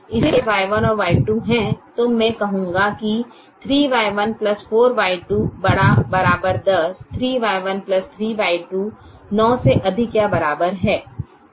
इसलिए जब मेरे पास Y1 और Y2 है तो मैं कहूंगा कि 3Y1 4Y2 ≥ 10 3Y1 3Y2 यह 9 से अधिक या बराबर है